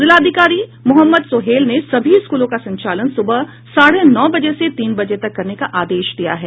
जिलाधिकारी मोहम्मद सोहैल ने सभी स्कूलों का संचालन सुबह साढ़े नौ बजे से तीन बजे तक करने का आदेश दिया है